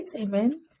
Amen